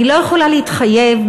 אני לא יכולה להתחייב,